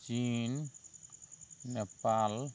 China Nepal